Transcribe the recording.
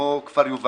כמו כפר יובל.